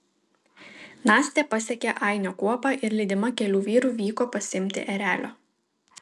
nastė pasiekė ainio kuopą ir lydima kelių vyrų vyko pasiimti erelio